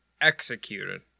executed